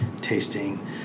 tasting